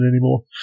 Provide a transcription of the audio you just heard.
anymore